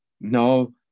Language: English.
no